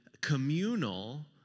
communal